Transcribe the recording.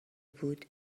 بود